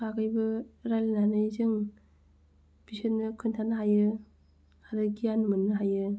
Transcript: बागैबो रायज्लायनानै जों बिसोरनो खोन्थानो हायो आरो गियान मोननो हायो